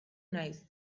naiz